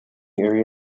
area